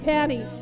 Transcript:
Patty